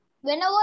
whenever